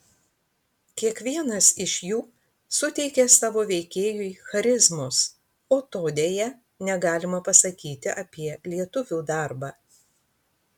kiekvienas iš jų suteikė savo veikėjui charizmos o to deja negalima pasakyti apie lietuvių darbą